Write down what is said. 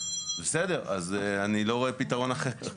בסדר, אז אני לא רואה פיתרון אחר.